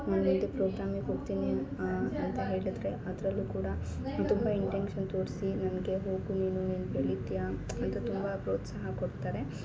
ನಾನು ಒಂದು ಪ್ರೋಗ್ರಾಮಿಗೆ ಹೋಗ್ತೀನಿ ಅಂತ ಹೇಳಿದರೆ ಅದರಲ್ಲೂ ಕೂಡ ತುಂಬ ಇಂಟೆನ್ಷನ್ ತೋರಿಸಿ ನನಗೆ ಹೋಗು ನೀನು ನೀನು ಬೆಳಿತೀಯ ಅಂತ ತುಂಬಾ ಪ್ರೋತ್ಸಾಹ ಕೊಡ್ತಾರೆ